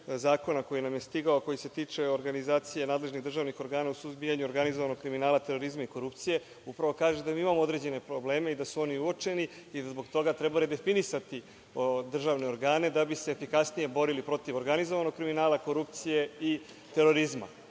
Zakona koji nam je stigao, koji se tiče organizacije nadležnih državnih organa u suzbijanju organizovanog kriminala, terorizma i korupcije, upravo kaže da imamo određene probleme i da su oni uočeni i da zbog toga treba redefinisati državne organe, da bi se efikasnije borili protiv organizovanog kriminala, korupcije i terorizma,